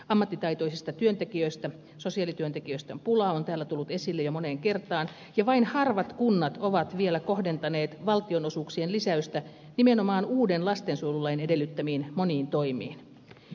ammattitaitoisista sosiaalityöntekijöistä on pulaa se on täällä tullut esille jo moneen kertaan ja vain harvat kunnat ovat vielä kohdentaneet valtionosuuksien lisäystä nimenomaan uuden lastensuojelulain edellyttämiin moniin toimiin